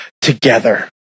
together